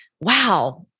wow